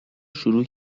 شروع